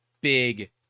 big